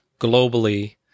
globally